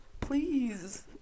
Please